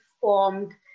formed